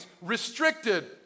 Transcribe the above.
Restricted